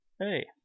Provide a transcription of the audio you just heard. Hey